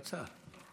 קצר.